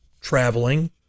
traveling